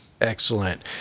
Excellent